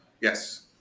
Yes